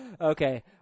Okay